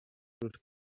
with